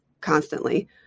constantly